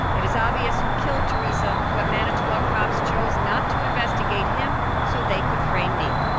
it is obvious who killed teresa, but manitowoc cops chose not to investigate him so they could frame me.